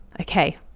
Okay